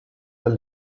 the